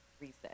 reset